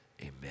Amen